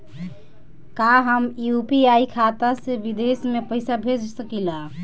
का हम यू.पी.आई खाता से विदेश में पइसा भेज सकिला?